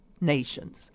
nations